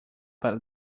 para